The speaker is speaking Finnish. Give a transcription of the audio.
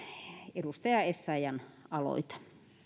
edustaja essayahn aloite